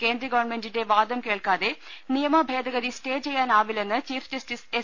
കേന്ദ്ര ഗവൺമെന്റിന്റെ വാദം കേൾക്കാതെ നിയമ ഭേദഗതി സ്റ്റേ ചെയ്യാനാവില്ലെന്ന് ചീഫ് ജസ്റ്റിസ് എസ്